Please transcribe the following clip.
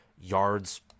yards